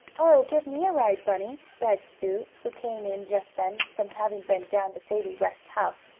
oh, give me a ride, bunny! begged sue, who came in just then from having been down to sadie west's house,